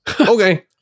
okay